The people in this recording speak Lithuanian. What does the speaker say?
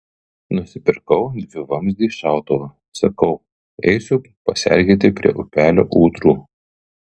nusipirkau dvivamzdį šautuvą sakau eisiu pasergėti prie upelio ūdrų